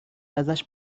ازش